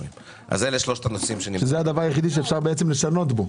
זה הדבר היחיד שאפשר לשנות בו.